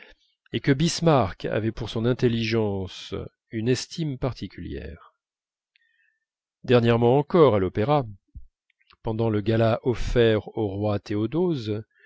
et que bismarck avait pour son intelligence une estime particulière dernièrement encore à l'opéra pendant le gala offert au roi théodose